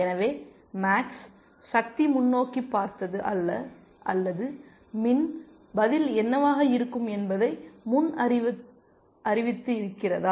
எனவே மேக்ஸ் சக்தி முன்னோக்கிப் பார்த்தது அல்லது மின் பதில் என்னவாக இருக்கும் என்பதை முன்னறிவித்து இருக்கிறதா